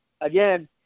again